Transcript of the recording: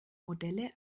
modelle